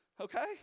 Okay